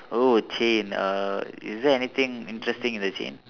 oh chain err is there anything interesting in the chain